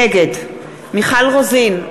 נגד מיכל רוזין,